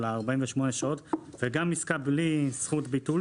של 48 שעות וגם עסקה בלי זכות ביטול,